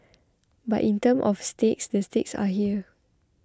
but in terms of stakes the stakes are here